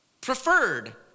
preferred